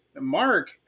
Mark